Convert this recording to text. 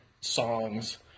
songs